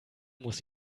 muss